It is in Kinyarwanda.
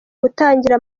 gutangira